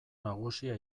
nagusia